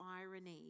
irony